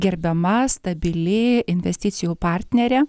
gerbiama stabili investicijų partnerė